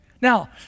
Now